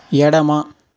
ఎడమ